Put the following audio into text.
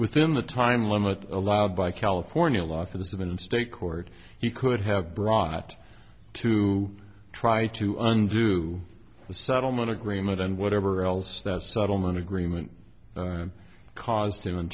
within the time limit allowed by california law for the seven state court he could have brought to try to undo the settlement agreement and whatever else that settlement agreement caused him in